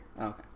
Okay